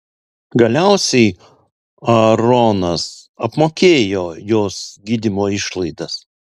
galiausiai aaronas apmokėjo jos gydymo išlaidas